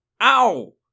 Ow